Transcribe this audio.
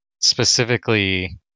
specifically